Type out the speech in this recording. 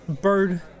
bird